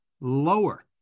lower